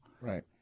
Right